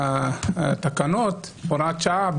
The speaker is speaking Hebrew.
הוראת שעה,